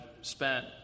spent